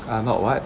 they are not [what]